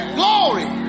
glory